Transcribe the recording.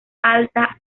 alta